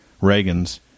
Reagan's